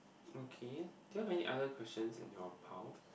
okay do you have any other questions in your pile